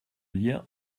lien